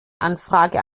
anfrage